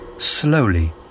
Slowly